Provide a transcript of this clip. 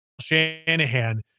Shanahan